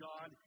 God